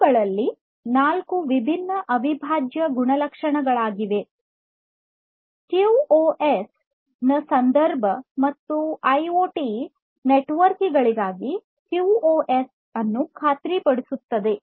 ಇವುಗಳಲ್ಲಿ 4 ವಿಭಿನ್ನ ಅವಿಭಾಜ್ಯ ಗುಣಲಕ್ಷಣಗಳಾಗಿವೆ ಕ್ಯೂಒಎಸ್ ನ ಸಂದರ್ಭ ಮತ್ತು ಐಒಟಿ ನೆಟ್ವರ್ಕ್ ಗಳಿಗಾಗಿ ಕ್ಯೂಒಎಸ್ ಅನ್ನು ಖಾತ್ರಿಪಡಿಸುತ್ತದೆ